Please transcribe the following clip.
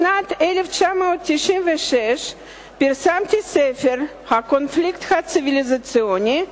בשנת 1996 פרסמתי את הספר "הקונפליקט הציוויליזציוני,